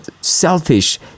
selfish